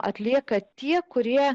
atlieka tie kurie